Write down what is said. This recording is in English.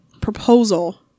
proposal